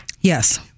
Yes